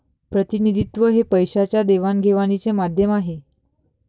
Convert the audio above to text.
प्रतिनिधित्व हे पैशाच्या देवाणघेवाणीचे माध्यम आहे